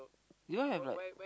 do you all have like